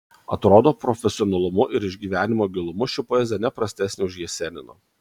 atrodo profesionalumu ir išgyvenimo gilumu ši poezija ne prastesnė už jesenino